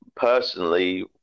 Personally